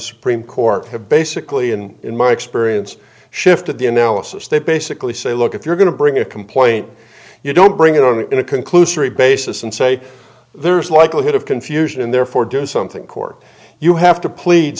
supreme court to basically and in my experience shifted the analysis they basically say look if you're going to bring a complaint you don't bring it on in a conclusory basis and say there's a likelihood of confusion and therefore do something court you have to plead